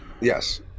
yes